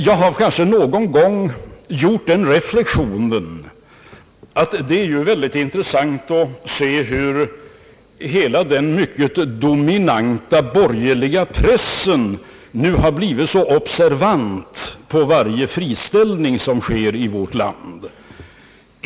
Jag har kanske någon gång gjort den reflexionen att det är intressant att se hur hela den mycket dominanta borgerliga pressen nu blivit så observant på varje friställning som sker i vårt land.